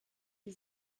die